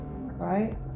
right